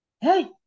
hey